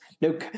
No